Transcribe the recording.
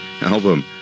album